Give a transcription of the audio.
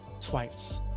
twice